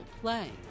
play